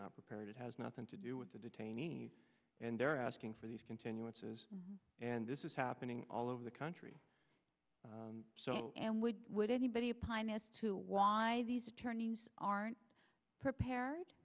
not prepared it has nothing to do with the detainees and they're asking for these continuances and this is happening all over the country so and would would anybody apply now as to why these attorneys aren't prepared